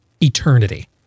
Eternity